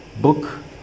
book